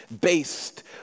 based